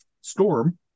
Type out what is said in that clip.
storm